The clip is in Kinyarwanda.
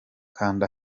kanda